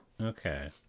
Okay